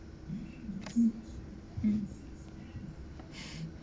mm mm